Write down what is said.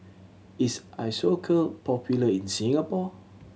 is Isocal popular in Singapore